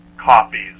copies